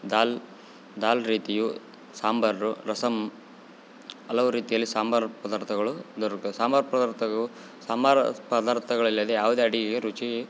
ದಾಲ್ ದಾಲ್ ರೀತಿಯು ಸಾಂಬಾರು ರಸಂ ಹಲವು ರೀತಿಯಲ್ಲಿ ಸಾಂಬಾರು ಪದಾರ್ಥಗಳು ದೊರುಕ ಸಾಂಬಾರು ಪದಾರ್ಥಕ್ಕೆ ಸಾಂಬಾರು ಪದಾರ್ಥಗಳಿಲ್ಲದೆ ಯಾವುದೇ ಅಡಿಗೆಗೆ ರುಚಿ